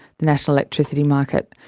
the national electricity market,